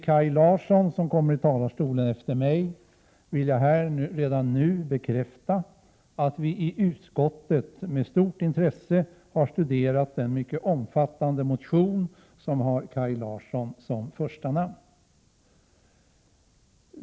Kaj Larsson kommer till talarstolen efter mig, och jag vill redan nu bekräfta att vi i utskottet med stort intresse har studerat den mycket omfattande motion som har Kaj Larsson som första namn.